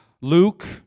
Luke